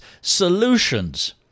solutions